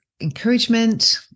encouragement